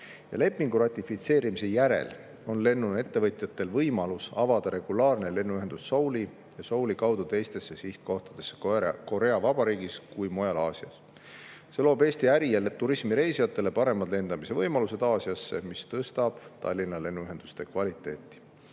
Lepingu ratifitseerimise järel on lennuettevõtjatel võimalus avada regulaarne lennuühendus Souli ja Souli kaudu teistesse sihtkohtadesse nii Korea Vabariigis kui ka mujal Aasias. See loob Eesti äri- ja turismireisijatele paremad võimalused Aasiasse lennata ning tõstab Tallinna lennuühenduste kvaliteeti.